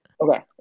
Okay